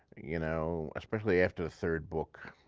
you know, especially after the third book,